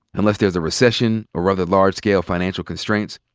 unless there's a recession or other large-scale financial constraints,